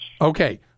Okay